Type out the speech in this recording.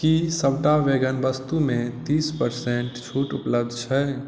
की सभटा वेगन वस्तु मे तीस पर्सेंट छूट उपलब्ध छै